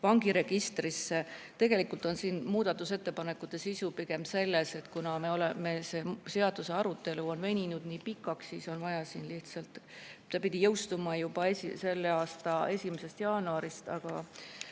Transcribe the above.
vangiregistrisse. Tegelikult on siin muudatusettepanekute sisu pigem selles, et kuna meil see seaduse arutelu on veninud nii pikaks – see pidi jõustuma juba selle aasta 1. jaanuarist, aga